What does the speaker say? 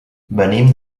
venim